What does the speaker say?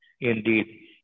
Indeed